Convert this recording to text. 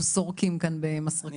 אנחנו סורקים כאן במסרקות ברזל.